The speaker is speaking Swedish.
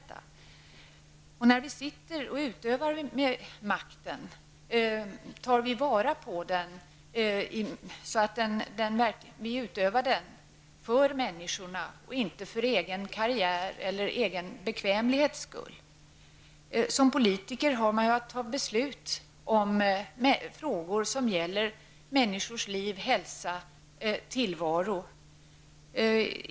Tar vi vara på makten så att vi utövar den för människornas skull och inte för den egna karriärens och bekvämlighetens skull? Som politiker har man att fatta beslut i frågor som rör människors liv, hälsa och tillvaro.